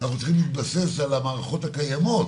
אנחנו צריכים להתבסס על המערכות הקיימות.